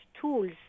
tools